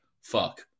fuck